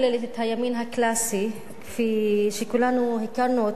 הימין הקלאסי כפי שכולנו הכרנו אותו,